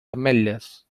ametlles